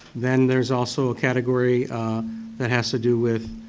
then there's also a category that has to do with